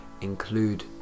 include